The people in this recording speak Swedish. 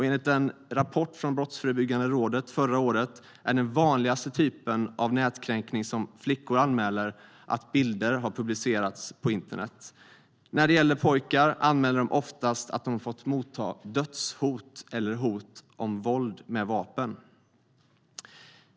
Enligt en rapport från Brottsförebyggande rådet förra året är den vanligaste typen av nätkränkning som flickor anmäler att bilder har publicerats på internet. När det gäller pojkar anmäler de oftast att de har fått motta dödshot eller hot om våld med vapen.